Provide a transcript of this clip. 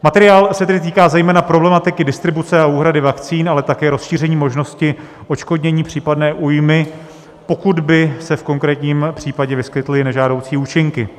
Materiál se tedy týká zejména problematiky distribuce a úhrady vakcín, ale také rozšíření možnosti odškodnění případné újmy, pokud by se v konkrétním případě vyskytly nežádoucí účinky.